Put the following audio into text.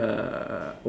uh